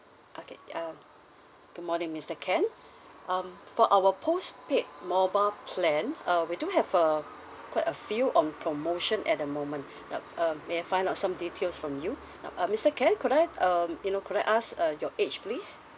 okay uh good morning mister ken um for our postpaid mobile plan uh we do have a quite a few um promotion at the moment um um may I find out some details from you now uh mister ken could I um you know could I ask uh your age please